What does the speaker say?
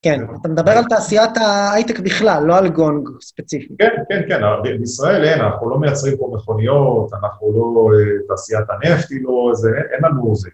כן. אתה מדבר על תעשיית ההייטק בכלל, לא על גונג ספציפית. כן, כן, כן, אבל בישראל אין, אנחנו לא מייצרים פה מכוניות, אנחנו לא, תעשיית הנפט היא לא איזה, אין לנו את זה.